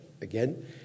again